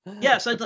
Yes